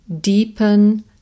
deepen